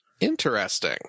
interesting